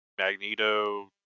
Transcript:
Magneto